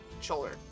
Shoulder